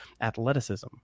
athleticism